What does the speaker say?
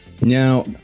Now